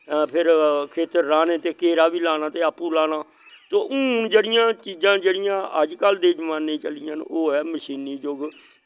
ते फेर खेत्तर राह्ने ते काह्रा बी लाना ते आपू लाना तो हून जेह्ड़ियां चीजां जेह्ड़ियां अजकल दे जमाने च चलियां न ओह् ऐ मशीनी जुग